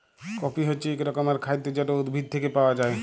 coffee হছে ইক রকমের খাইদ্য যেট উদ্ভিদ থ্যাইকে পাউয়া যায়